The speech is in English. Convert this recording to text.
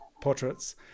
portraits